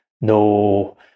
no